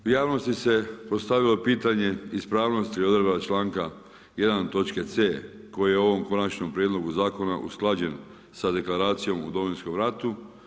U javnosti se postavilo pitanje ispravnosti odredaba članka 1. točke c koja je u ovom konačnom prijedlogu zakona usklađen sa Deklaracijom o Domovinskom ratu.